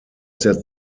der